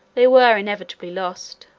they were inevitably lost.